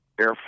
Air